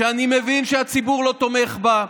שאני מבין שהציבור לא תומך בה,